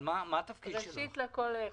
אבל מה התפקיד שלכם?